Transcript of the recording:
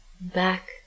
back